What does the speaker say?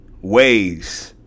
ways